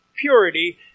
purity